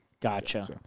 Gotcha